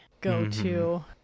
go-to